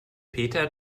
peter